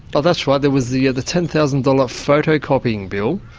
oh, that's right, there was the the ten thousand dollars photocopying bill.